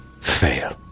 fail